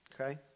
Okay